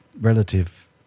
relative